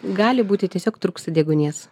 gali būti tiesiog trūksta deguonies